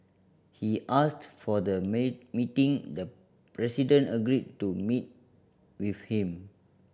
he asked for the meeting the president agreed to meet with him